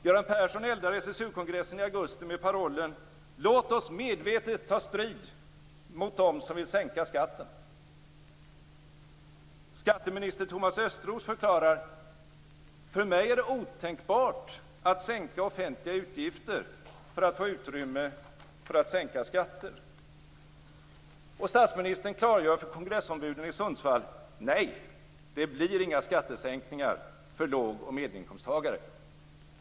Göran Persson eldar SSU-kongressen i augusti med parollen: "Låt oss medvetet ta strid mot dem som vill sänka skatten." Skatteminister Thomas Östros förklarar: "För mig är det otänkbart att sänka offentliga utgifter för att få utrymme för att sänka skatter." Och statsministern klargör för kongressombuden i Sundsvall: "Nej. Det blir inga skattesänkningar för låg och medelinkomsttagare."